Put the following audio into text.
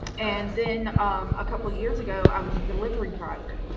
and then um a couple years ago i was a delivery driver